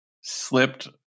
slipped